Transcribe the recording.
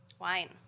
Wine